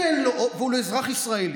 והוא אזרח ישראלי,